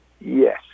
yes